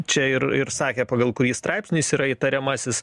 čia ir ir sakė pagal kurį straipsnis yra įtariamasis